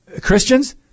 Christians